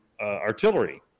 artillery